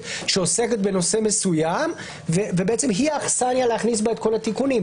שעוסקת בנושא מסוים והיא האכסניה להכניס בה את כל התיקונים.